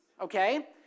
Okay